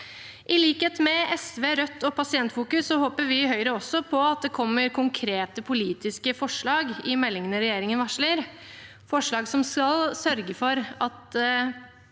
I likhet med SV, Rødt og Pasientfokus håper også vi i Høyre på at det kommer konkrete politiske forslag i meldingene regjeringen varsler,